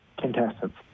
contestants